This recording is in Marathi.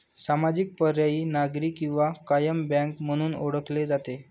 सामाजिक, पर्यायी, नागरी किंवा कायम बँक म्हणून ओळखले जाते